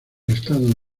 estado